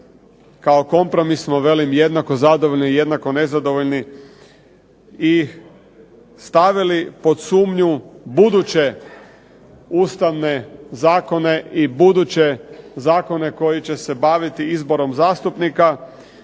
kao kompromisno velim jednako zadovoljni i jednako nezadovoljni i stavili pod sumnju buduće ustavne zakone i buduće zakone koji će se baviti izborom zastupnika.